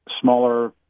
Smaller